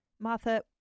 Martha